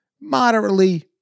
moderately